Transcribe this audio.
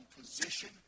position